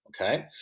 Okay